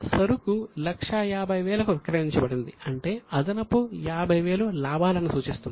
100000 సరుకు 150000 కు విక్రయించబడింది అంటే అదనపు 50000 లాభాలను సూచిస్తుంది